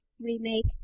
remake